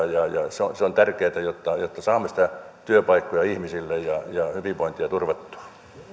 ja se on tärkeätä jotta saamme niitä työpaikkoja ihmisille ja hyvinvointia turvattua